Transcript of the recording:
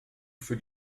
für